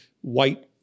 white